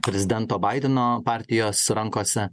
prezidento baideno partijos rankose